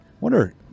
wonder